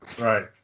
Right